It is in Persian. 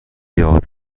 یاد